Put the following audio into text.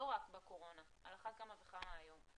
לא רק בקורונה, על אחת כמה וכמה היום?